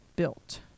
built